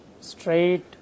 straight